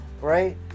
right